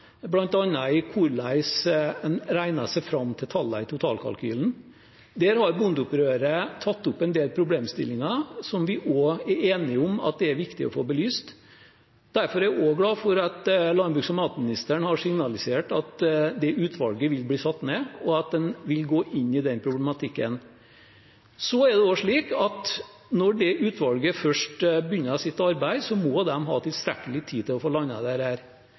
fram til tallene i totalkalkylen. Der har bondeopprøret tatt opp en del problemstillinger som vi også er enige om at er viktig å få belyst. Derfor er jeg glad for at landbruks- og matministeren har signalisert at dette utvalget vil bli satt ned, og at en vil gå inn i den problematikken. Det er også slik at når dette utvalget først begynner sitt arbeid, må de ha tilstrekkelig tid til å få landet